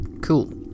Cool